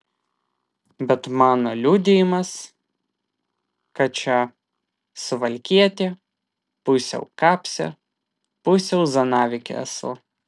bet mano liudijimas ką čia suvalkietė pusiau kapsė pusiau zanavykė esu